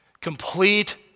complete